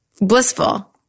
Blissful